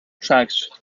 tracks